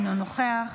אינו נוכח.